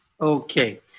Okay